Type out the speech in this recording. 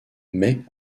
mais